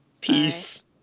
Peace